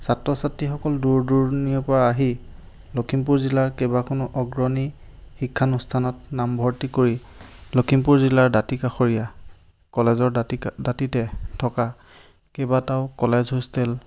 ছাত্ৰ ছাত্ৰীসকল দূৰ দূৰণিৰ পৰা আহি লখিমপুৰ জিলাৰ কেইবাখনো অগ্ৰণী শিক্ষানুষ্ঠানত নামভৰ্তি কৰি লখিমপুৰ জিলাৰ দাঁতি কাষৰীয়া কলেজৰ দাঁতি কা দাঁতিতে থকা কেইবাটাও কলেজ হোষ্টেল